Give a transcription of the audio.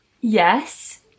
Yes